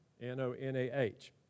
N-O-N-A-H